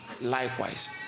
likewise